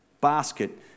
basket